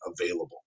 available